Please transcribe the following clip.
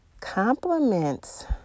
compliments